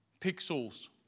pixels